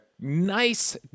nice